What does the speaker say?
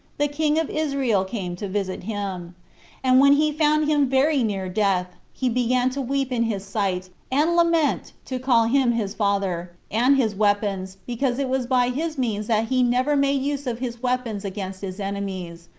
the king of israel came to visit him and when he found him very near death, he began to weep in his sight, and lament, to call him his father, and his weapons, because it was by his means that he never made use of his weapons against his enemies,